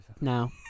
No